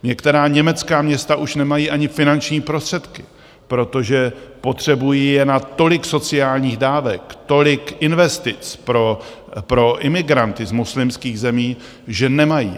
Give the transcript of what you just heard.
Některá německá města už nemají ani finanční prostředky, protože je potřebují na tolik sociálních dávek, tolik investic pro imigranty z muslimských zemí, že nemají.